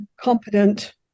competent